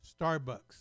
Starbucks